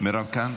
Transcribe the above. תודה,